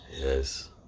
Yes